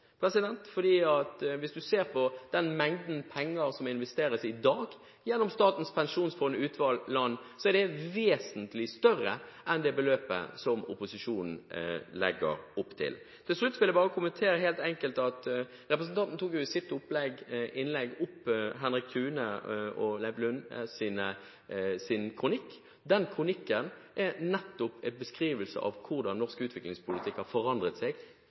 hvis man ser på den mengden penger som i dag investeres gjennom Statens pensjonsfond utland, er den vesentlig større enn det beløpet som opposisjonen legger opp til. Til slutt vil jeg bare helt enkelt kommentere at representanten i sitt innlegg tok opp Henrik Thune og Leiv Lundes kronikk. Den kronikken er nettopp en beskrivelse av hvordan norsk utviklingspolitikk har forandret seg